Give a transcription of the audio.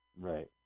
Right